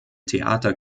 theater